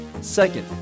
Second